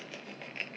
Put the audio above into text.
do you really do that